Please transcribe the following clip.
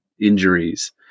injuries